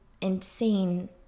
insane